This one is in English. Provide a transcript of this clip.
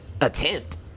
Attempt